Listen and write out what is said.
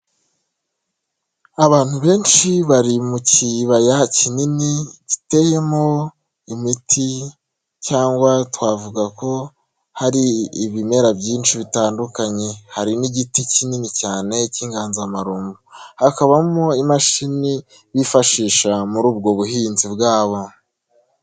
Abantu benshi bari mu kibaya kinini giteyemo imiti cyangwa twavuga ko hari ibimera byinshi bitandukanye, harimo igiti kinini cyane cy'inganzamarumbo hakabamo imashini bifashisha muri ubwo buhinzi bwabo.